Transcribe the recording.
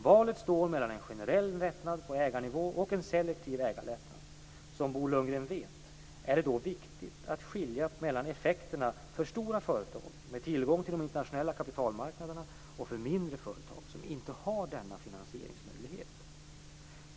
Valet står mellan en generell lättnad på ägarnivå och en selektiv ägarlättnad. Som Bo Lundgren vet är det då viktigt att skilja mellan effekterna för stora företag med tillgång till de internationella kapitalmarknaderna och för mindre företag som inte har denna finansieringsmöjlighet.